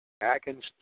Atkins